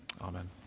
amen